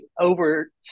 over